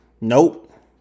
Nope